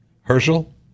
Herschel